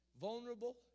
vulnerable